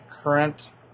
current